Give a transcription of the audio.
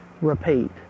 Repeat